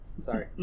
Sorry